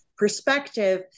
perspective